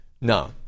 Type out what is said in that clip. No